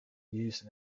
used